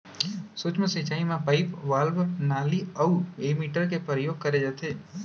सूक्ष्म सिंचई म पाइप, वाल्व, नाली अउ एमीटर के परयोग करे जाथे